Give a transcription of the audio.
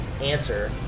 answer